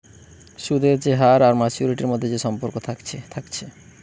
সুদের যে হার আর মাচুয়ারিটির মধ্যে যে সম্পর্ক থাকছে থাকছে